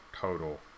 total